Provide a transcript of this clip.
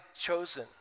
chosen